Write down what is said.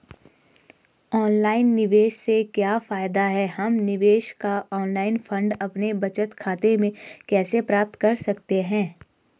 Online निवेश से क्या फायदा है हम निवेश का ऑनलाइन फंड अपने बचत खाते में कैसे प्राप्त कर सकते हैं?